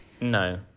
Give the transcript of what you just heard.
No